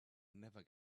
never